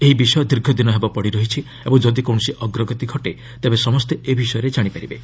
ଏହି ବିଷୟ ଦୀର୍ଘ ଦିନ ହେବ ପଡ଼ିରହିଛି ଏବଂ ଯଦି କୌଣସି ଅଗ୍ରଗତି ଘଟେ ତେବେ ସମସ୍ତେ ଏ ବିଷୟରେ ଜାଣିପାରିବେ